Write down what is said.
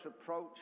approach